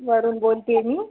वरून बोलते आहे मी